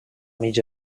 mig